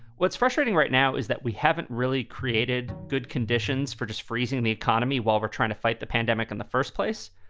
what's frustrating right now is that we haven't really created good conditions for just freezing the economy while we're trying to fight the pandemic in the first place.